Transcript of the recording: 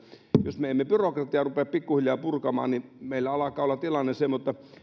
jos me emme byrokratiaa rupea pikkuhiljaa purkamaan niin meillä alkaa olla tilanne semmoinen